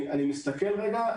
אני מסתכל לרגע,